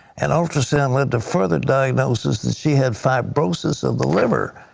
and ultrasound led to further diagnosis that she had fibrosis of the liver.